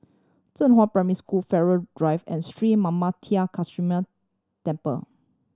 Zhenghua Primary School Farrer Drive and Sri Manmatha Karuneshvarar Temple